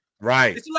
Right